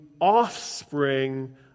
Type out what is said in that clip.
offspring